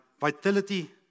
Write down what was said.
Vitality